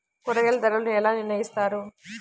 కూరగాయల ధరలు ఎలా నిర్ణయిస్తారు?